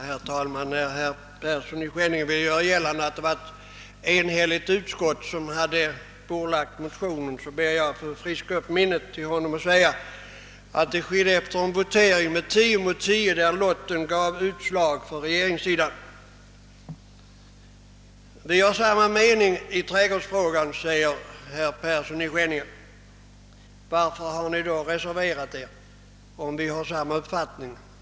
Herr talman! När herr Persson i Skänninge vill göra gällande att det var ett enhälligt utskott som hade bordlagt den aktuella motionen ber jag att få friska upp hans minne genom att nämna att bordläggningen skedde efter en votering med tio röster mot tio, där lotten gav utslag för regeringssidan. Vi har samma mening i trädgårdsfrågan, säger herr Persson i Skänninge. Varför har ni då reserverat er, om vi har samma uppfattning?